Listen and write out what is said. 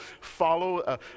follow